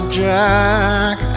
jack